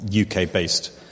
UK-based